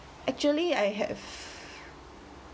actually I have